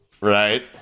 Right